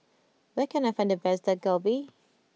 where can I find the best Dak Galbi